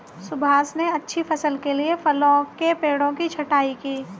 सुभाष ने अच्छी फसल के लिए फलों के पेड़ों की छंटाई की